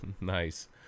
Nice